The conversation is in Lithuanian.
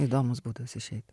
įdomus būdas išeit